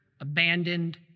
abandoned